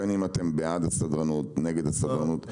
בין אם אתם בעד או נגד הסדרנות,